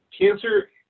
cancer